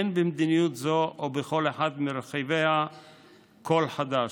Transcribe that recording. אין במדיניות זו או בכל אחד מרכיביה כל חדש.